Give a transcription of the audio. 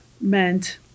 meant